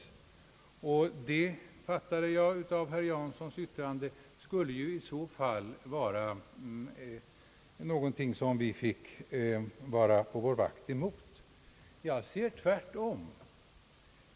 Det skulle vi — så fattade jag herr Janssons yttrande — i så fall vara på vår vakt emot. Jag ser på saken tvärtom.